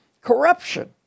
corruption